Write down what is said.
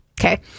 Okay